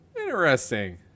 Interesting